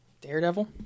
Daredevil